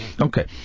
okay